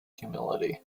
humility